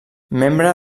membre